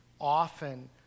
often